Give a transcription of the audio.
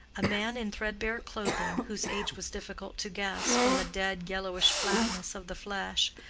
a man in threadbare clothing, whose age was difficult to guess from the dead yellowish flatness of the flesh,